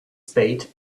spade